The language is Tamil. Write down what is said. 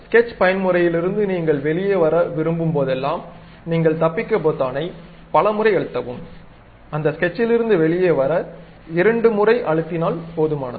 ஸ்கெட்ச் பயன்முறையிலிருந்து நீங்கள் வெளியே வர விரும்பும் போதெல்லாம் நீங்கள் தப்பிக்க பொத்தானை பல முறை அழுத்தவும் அந்த ஸ்கெட்ச்லிருந்து வெளியே வர இரண்டு முறை அழுத்தினால்போதுமானது